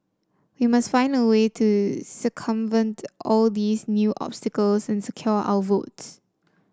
we must find a way to circumvent all these new obstacles and secure our votes